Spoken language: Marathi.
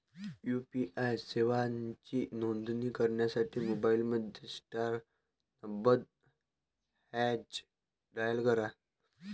यू.पी.आई सेवांची नोंदणी करण्यासाठी मोबाईलमध्ये स्टार नव्वद हॅच डायल करा